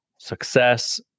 success